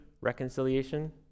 reconciliation